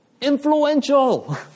influential